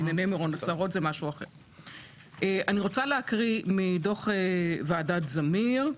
אני רוצה להקריא מדוח ועדת זמיר.